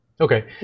Okay